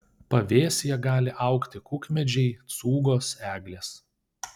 pavėsyje gali augti kukmedžiai cūgos eglės